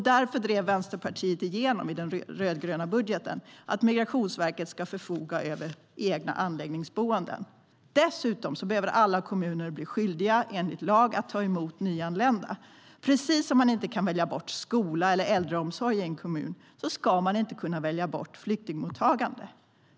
Därför drev Vänsterpartiet igenom i den rödgröna budgeten att Migrationsverket ska förfoga över egna anläggningsboenden. Dessutom behöver alla kommuner bli skyldiga enligt lag att ta emot nyanlända. Precis som man inte kan välja bort skola eller äldreomsorg i en kommun ska man inte kunna välja bort flyktingmottagande.